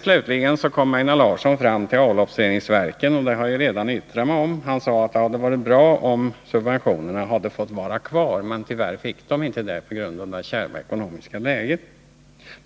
Slutligen kom Einar Larsson fram till avloppsreningsverken, och dem har jag redan yttrat mig om. Einar Larsson sade att det hade varit bra, om subventionerna hade fått vara kvar. Tyvärr fick de inte det på grund av det kärva ekonomiska läget.